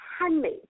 handmade